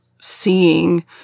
seeing